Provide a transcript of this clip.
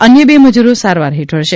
અન્ય બે મજૂરો સારવાર હેઠળ છે